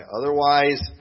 Otherwise